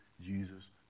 Jesus